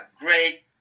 great